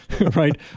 right